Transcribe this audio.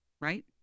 right